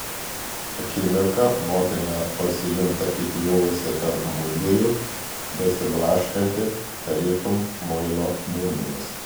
akimirką motina pasijunta įkliuvusi tarp mudviejų besiblaškanti tarytum muilo burbulas